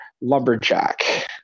Lumberjack